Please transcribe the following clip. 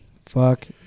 Fuck